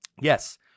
Yes